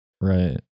Right